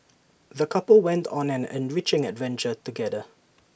the couple went on an enriching adventure together